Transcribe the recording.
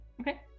okay